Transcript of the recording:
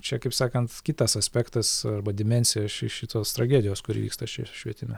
čia kaip sakant kitas aspektas arba dimensija ši šitos tragedijos kuri vyksta š švietime